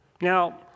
Now